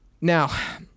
Now